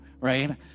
right